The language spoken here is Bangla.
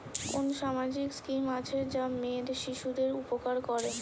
কোন সামাজিক স্কিম আছে যা মেয়ে শিশুদের উপকার করে?